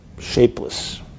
shapeless